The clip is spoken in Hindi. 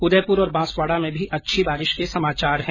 उदयपुर और बांसवाड़ा में भी अच्छी बारिश के समाचार हैं